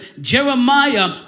Jeremiah